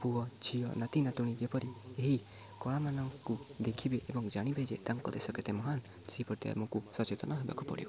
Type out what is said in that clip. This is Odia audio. ପୁଅ ଝିଅ ନାତି ନାତୁଣୀ ଯେପରି ଏହି କଳାମାନଙ୍କୁ ଦେଖିବେ ଏବଂ ଜାଣିବେ ଯେ ତାଙ୍କ ଦେଶ କେତେ ମହାନ ସେହିପରି ଆମକୁ ସଚେତନ ହେବାକୁ ପଡ଼ିବ